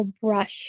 brush